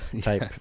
type